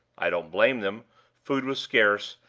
i don't blame them food was scarce,